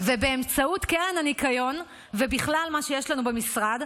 ובאמצעות קרן הניקיון, ובכלל מה שיש לנו במשרד,